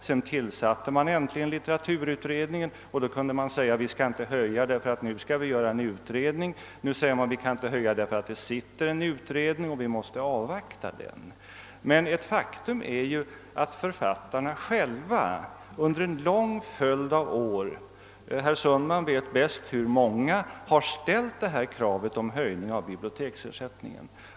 Sedan beslutades äntligen litteraturutredningen och då kunde man säga: Vi skall inte höja nu utan vi skall göra en utredning. Nu säger man att det sitter en utredning som man måste avvakta, och därför kan vi inte höja. Faktum är emellertid att författarna själva under en lång följd av år — herr Sundman vet hur många — har ställt kravet på höjning av biblioteksersättningen.